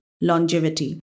longevity